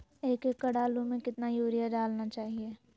एक एकड़ आलु में कितना युरिया डालना चाहिए?